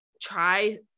try